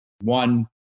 one